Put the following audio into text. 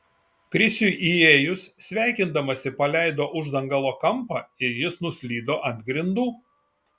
krisiui įėjus sveikindamasi paleido uždangalo kampą ir jis nuslydo ant grindų